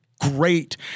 great